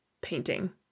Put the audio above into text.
painting